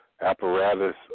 apparatus